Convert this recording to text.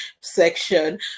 section